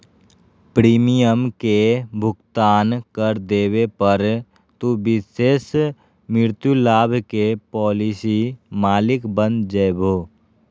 premium के भुगतान कर देवे पर, तू विशेष मृत्यु लाभ के पॉलिसी मालिक बन जैभो